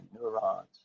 neurons